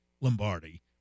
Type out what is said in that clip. Lombardi